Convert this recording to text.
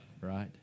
Right